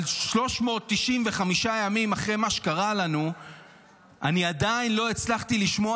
אבל 395 ימים אחרי מה שקרה לנו אני עדיין לא הצלחתי לשמוע